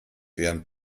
wären